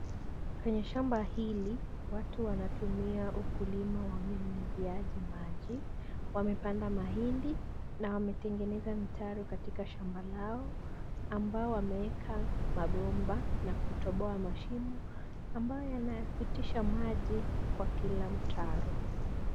Kwenye shamba hili, watu wanatumia ukulima wa unyunyiziaji maji wamepanda mahindi na wametengeneza mitaro katika shamba lao ambao wameweka mabomba na kutoboa mashimo ambayo yanayapitisha maji kwa kila mtaro.